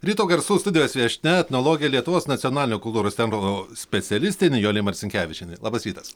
ryto garsų studijos viešnia etnologė lietuvos nacionalinio kultūros centro specialistė nijolė marcinkevičienė labas rytas